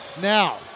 Now